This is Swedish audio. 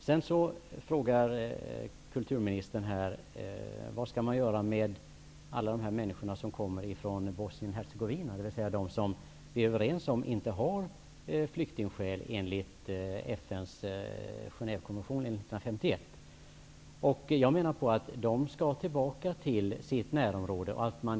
Sedan frågar kulturministern vad vi skall göra med alla människor som kommer från Bosnien Hercegovina, dvs. de som vi är överens om inte har flyktingskäl enligt FN:s Genèvekonvention från 1951. De skall tillbaka till sitt närområde.